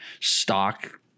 stock